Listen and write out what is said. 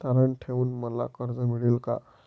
तारण ठेवून मला कर्ज मिळेल का?